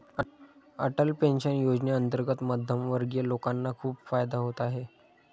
Atal pension योजनेअंतर्गत मध्यमवर्गीय लोकांना खूप फायदा होत आहे